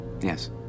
yes